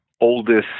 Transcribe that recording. oldest